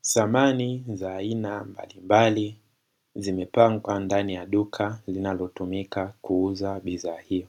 Samani za aina mbalimbali zimepangwa ndani ya duka linalotumika kuuza bidhaa hizi,